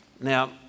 Now